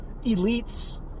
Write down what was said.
elites